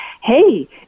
Hey